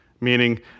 Meaning